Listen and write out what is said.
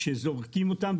על כך שזורקים אותם.